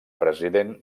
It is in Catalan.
president